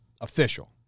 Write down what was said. Official